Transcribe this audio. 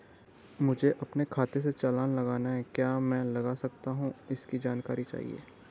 मुझे अपने खाते से चालान लगाना है क्या मैं लगा सकता हूँ इसकी जानकारी चाहिए?